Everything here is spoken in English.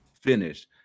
finish